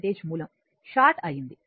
voltage మూలం short అయుంది